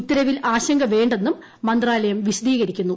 ഉത്തരവിൽ ആശങ്ക വേ ന്നും മന്ത്രാലയം വിശദീകരിക്കുന്നു